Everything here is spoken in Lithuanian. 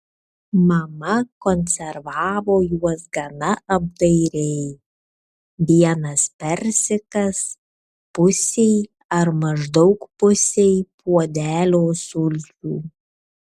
mama konservavo juos gana apdairiai vienas persikas pusei ar maždaug pusei puodelio sulčių